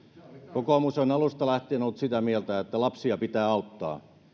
kokoomus on alusta lähtien ollut sitä mieltä että lapsia pitää auttaa